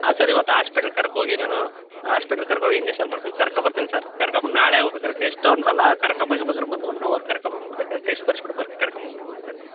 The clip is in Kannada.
ಹಾಂ ಸರ್ ಇವತ್ತು ಆಸ್ಪೆಟ್ಲುಗೆ ಕರ್ಕೊ ಹೋಗಿ ನಾನು ಆಸ್ಪೆಟ್ಲುಗೆ ಕರ್ಕೊಂಡ್ ಹೋಗಿ ಇಂಜೆಕ್ಷನ್ ಮಾಡ್ಕಂಡು ಕರ್ಕ ಬರ್ತೀನಿ ಸರ್ ಕರ್ಕ ಬಂದು ನಾಳೆ ಬೇಕಾದ್ರೆ ಟೆಸ್ಟು ಅಂದರಲ್ಲ ಕರ್ಕ ಬಂದ್ ಬೇಕಿರೆ ಬಂದು ಒನ್ ಅವರ್ ಕರ್ಕ ಬಂದು ಬೇಕಾದ್ರೆ ಟೆಸ್ಟ್ ಬರ್ಸ್ಬಿಟ್ಟು ಬರ್ ಕರ್ಕಂಡ್ ಬಂದ್ಬಿಡ್ತೀನಿ ಬೇಕಾರೆ ನಾನು